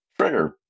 trigger